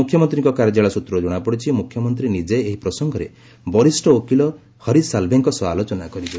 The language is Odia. ମୁଖ୍ୟମନ୍ତ୍ରୀଙ୍କ କାର୍ଯ୍ୟାଳୟ ସ୍ତ୍ରରୁ ଜଣାପଡ଼ିଛି ମୁଖ୍ୟମନ୍ତ୍ରୀ ନିଜେ ଏହି ପ୍ରସଙ୍ଗରେ ବରିଷ୍ଣ ଓକିଲ ହରିଶ ସାଲ୍ଭେଙ୍କ ସହ ଆଲୋଚନା କରିବେ